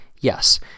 Yes